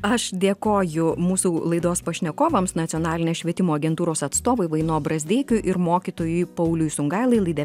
aš dėkoju mūsų laidos pašnekovams nacionalinės švietimo agentūros atstovai nuo brazdeikių ir mokytojui pauliui sungailai laida